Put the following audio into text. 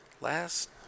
Last